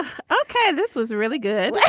okay this was a really good yeah